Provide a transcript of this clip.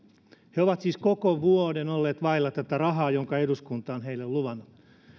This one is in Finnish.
he ovat siis koko vuoden olleet vailla tätä rahaa jonka eduskunta on heille luvannut